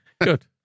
good